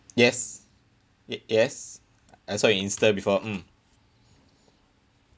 yes y~ yes I saw in insta before mm